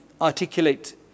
articulate